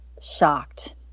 shocked